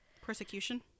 persecution